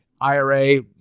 IRA